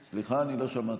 סליחה, אני לא שמעתי.